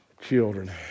children